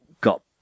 got